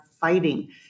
fighting